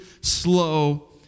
slow